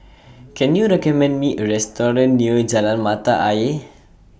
Can YOU recommend Me A Restaurant near Jalan Mata Ayer